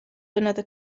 another